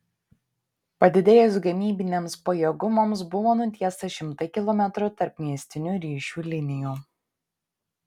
padidėjus gamybiniams pajėgumams buvo nutiesta šimtai kilometrų tarpmiestinių ryšių linijų